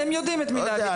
לא יודע.